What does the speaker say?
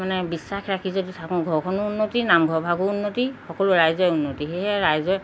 মানে বিশ্বাস ৰাখি যদি থাকোঁ ঘৰখনো উন্নতি নামঘৰ ভাগো উন্নতি সকলো ৰাইজৰ উন্নতি সেয়েহে ৰাইজৰ